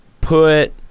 put